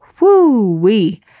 Woo-wee